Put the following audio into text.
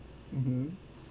mmhmm